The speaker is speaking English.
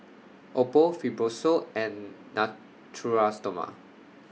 Oppo Fibrosol and Natura Stoma